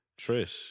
Trish